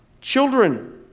Children